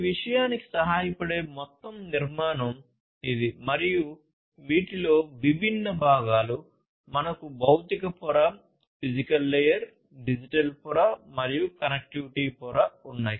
ఈ విషయానికి సహాయపడే మొత్తం నిర్మాణం ఇది మరియు వీటిలో విభిన్న భాగాలు మాకు భౌతిక పొర డిజిటల్ పొర మరియు కనెక్టివిటీ పొర ఉన్నాయి